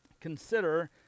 consider